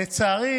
לצערי